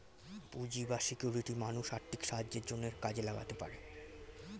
পুঁজি বা সিকিউরিটি মানুষ আর্থিক সাহায্যের জন্যে কাজে লাগাতে পারে